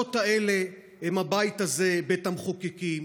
והמוסדות האלה הם הבית הזה, בית המחוקקים,